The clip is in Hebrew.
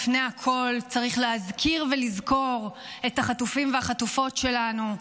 לפני הכול צריך להזכיר ולזכור את החטופים והחטופות שלנו,